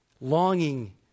longing